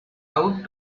out